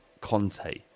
Conte